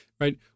Right